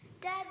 Dad